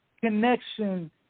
connection